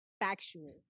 factual